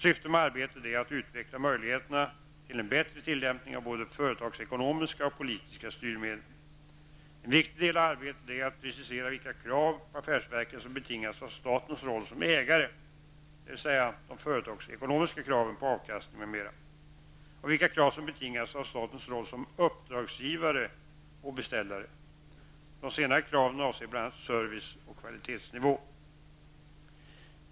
Syftet med arbetet är att utveckla möjligheterna till en bättre tillämpning av både företagsekonomiska och politiska styrmedel. En viktig del av arbetet är att precisera vilka krav på affärsverken som betingas av statens roll som ägare -- dvs. de företagsekonomiska kraven på avkastning m.m. -- och vilka krav som betingas av statens roll som uppdragsgivare och beställare. De senare kraven avser bl.a. service och kvalitetsnivå.